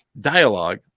dialogue